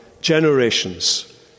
generations